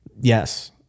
yes